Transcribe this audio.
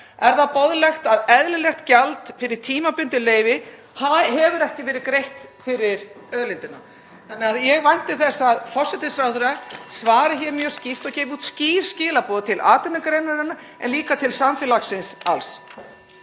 Er það boðlegt að eðlilegt gjald fyrir tímabundið leyfi hefur ekki verið greitt fyrir auðlindina? Ég vænti þess að forsætisráðherra svari mjög skýrt og gefi út skýr skilaboð til atvinnugreinarinnar en líka til samfélagsins alls.